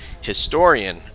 historian